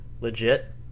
legit